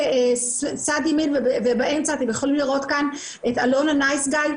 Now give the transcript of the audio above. אתם יכולים לראות כאן את עלון הנייס-גיי.